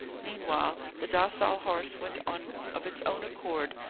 meanwhile the docile horse went on of its own accord,